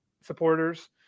supporters